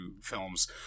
films